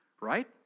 right